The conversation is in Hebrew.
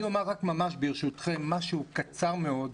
אני אומר ברשותכם משהו קצר מאוד,